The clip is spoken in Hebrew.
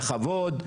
בכבוד,